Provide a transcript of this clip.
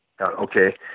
okay